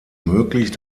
möglich